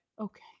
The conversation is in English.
okay